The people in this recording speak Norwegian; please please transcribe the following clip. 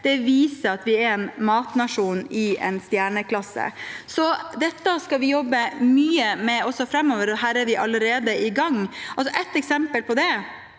Det viser at vi er en matnasjon i stjerneklasse. Dette skal vi jobbe mye med framover, og vi er allerede i gang. Et eksempel på det